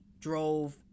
drove